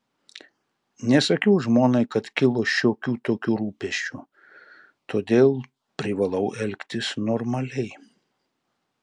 nesakiau žmonai kad kilo šiokių tokių rūpesčių todėl privalau elgtis normaliai